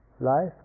life